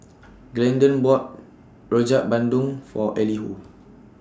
Glendon bought Rojak Bandung For Elihu